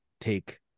take